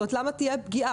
למה תהיה פגיעה?